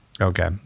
Okay